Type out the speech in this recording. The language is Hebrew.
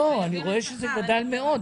זה גדל מאוד.